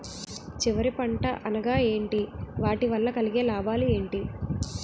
చివరి పంట అనగా ఏంటి వాటి వల్ల కలిగే లాభాలు ఏంటి